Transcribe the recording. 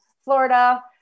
Florida